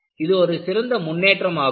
இது ஒரு சிறந்த முன்னேற்றமாகும்